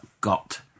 got